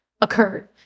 occurred